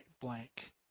blank